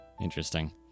Interesting